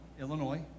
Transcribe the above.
Illinois